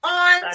on